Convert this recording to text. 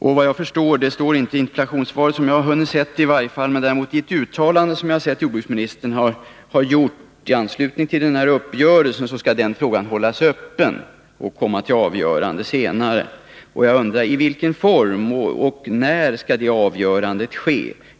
Det står inte i interpellationssvaret, såvitt jag hunnit se, men i ett uttalande som jordbruksministern gjort i anslutning till den här uppgörelsen, så är det en fråga som skall hållas öppen och tas upp till avgörande senare. Jag undrar: I vilken form och när skall det avgörandet ske?